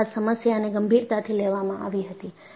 ત્યારબાદ સમસ્યાને ગંભીરતાથી લેવામાં આવી હતી